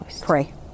Pray